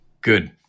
good